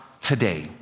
today